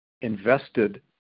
invested